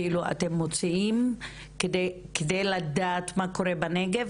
כאילו אתם מוציאים על מנת לדעת מה קורה בנגב?